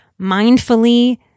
mindfully